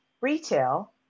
retail